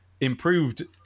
improved